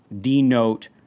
denote